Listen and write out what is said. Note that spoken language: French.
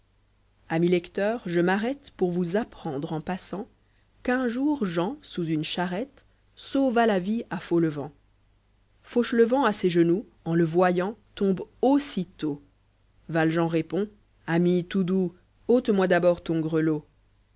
amis lecteurs je m'arrête pour vous apprendre en passant qu'un jour jean sous une charrette sauva la vie à fauleyent fauchelevent à ses genoux en le voyant tombe aussitôt valjean répond ami tout douxs ole moi d'abord ton grelot